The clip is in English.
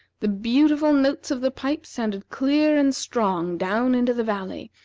the beautiful notes of the pipes sounded clear and strong down into the valley,